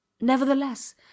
Nevertheless